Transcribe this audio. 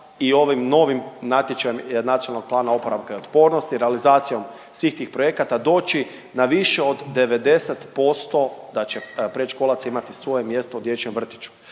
i ovim novim natječajem Nacionalnog plana oporavka i otpornosti, realizacijom svih tih projekata doći na više od 90% da će predškolaca imati svoje mjesto u dječjem vrtiću.